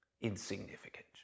insignificant